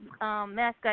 mascot